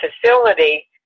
facility